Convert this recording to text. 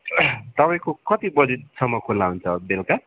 तपाईँको कति बजीसम्म खुल्ला हुन्छ बेलका